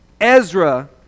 Ezra